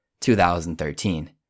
2013